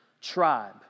tribe